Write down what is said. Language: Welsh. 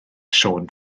siôn